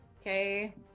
Okay